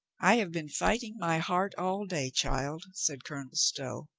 i have been fighting my heart all day, child, said colonel stow.